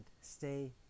stay